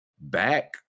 back